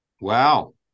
Wow